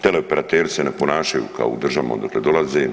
Teleoperateri se ne ponašaju kao u državama odakle dolaze.